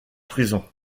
prison